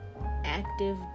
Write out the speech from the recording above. active